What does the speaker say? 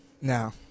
Now